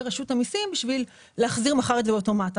רשות המסים כדי להחזיר מחר את זה אוטומט.